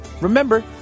Remember